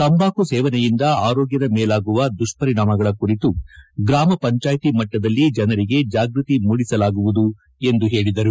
ತಂಬಾಕು ಸೇವನೆಯಿಂದ ಆರೋಗ್ಟದ ಮೇಲಾಗುವ ದುಷ್ಪರಿಣಾಮಗಳ ಕುರಿತು ಗ್ರಾಮ ಪಂಚಾಯಿತಿ ಮಟ್ಟದಲ್ಲಿ ಜನರಿಗೆ ಜಾಗ್ಟತಿ ಮೂಡಿಸಲಾಗುವುದು ಎಂದು ಹೇಳಿದರು